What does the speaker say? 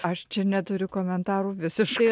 aš čia neturiu komentarų visiškai